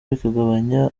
bikagabanya